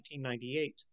1998